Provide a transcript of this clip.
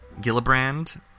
Gillibrand